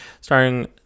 starring